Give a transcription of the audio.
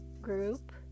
group